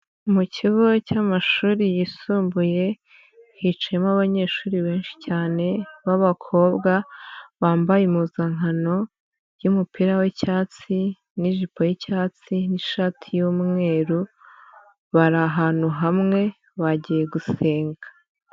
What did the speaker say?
Mu kigo cy'amashuri yisumbuye, hicayemo abanyeshuri benshi cyane b'abakobwa, bambaye impuzankano y'umupira w'icyatsi n'ijipo y'icyatsi n'ishati y'umweru, bari ahantu hamwe, bagiye gusenga.